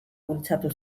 bultzatu